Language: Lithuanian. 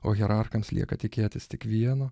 o hierarchams lieka tikėtis tik vieno